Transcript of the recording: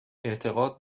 اعتقاد